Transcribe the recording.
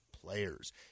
players